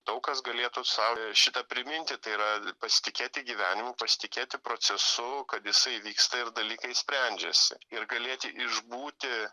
daug kas galėtų sau šitą priminti tai yra pasitikėti gyvenimu pasitikėti procesu kad jisai vyksta ir dalykai sprendžiasi ir galėti išbūti